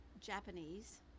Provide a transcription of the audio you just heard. Japanese